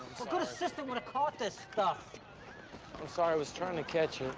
but good assistant woulda caught this stuff. i'm sorry, i was trying to catch it.